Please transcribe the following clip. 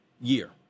year